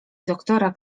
doktora